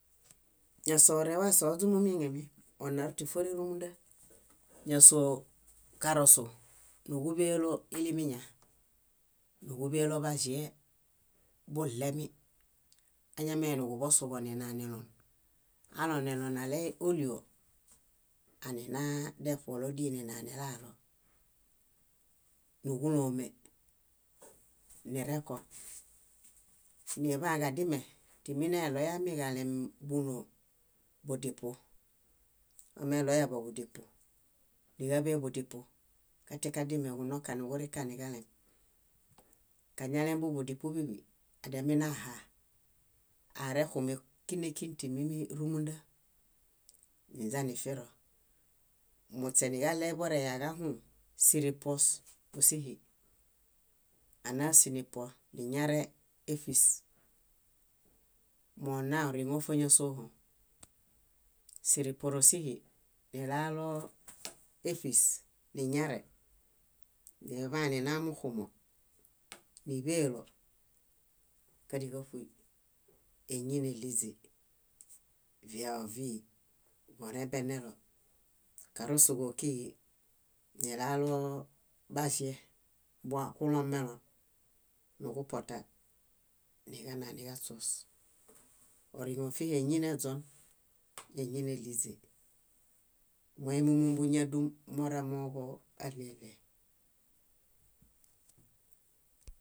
. Ñásoo orẽwa sioźumumieŋemieŋ. Onaru tíforerumunda. Ñásoo karosu núġuḃelo ilimiña, núġuḃelo baĵie buɭemi añameiniġuḃosuḃo ninanilon, alonelon ale ólio, anina deṗuolo díi ninanilalo núġulome, nirẽko. Niḃaġadime timineɭoyamiġalem búnoo, budipu, wameɭoyaḃo budipu, níġaḃeḃudipu, katiakadime kunõka niġurĩkaniġalem. Kañalẽbuḃudipu bíḃi adiaminaha, arexumen kíneki tímirumunda. Niźanifiro. Muśe niġaɭeboreyaġahũ, síripos ósihi. Ana sínipos niñare éṗis. Móo nna oriŋo fóñasoohom. Síriporosihi, nilalo éṗis niñare niḃanina muxumo níḃelo kániġaṗuy, éñineɭiźi, viao ovíi vonembenelo, karosuġo ókiġi nilalo baĵe bokulomelon niġupoten, niġananiġaśuos. Oriŋo ófihi éñi neźon, éñineɭiźi. Mombuimi múñadum moramooġo áɭeɭe.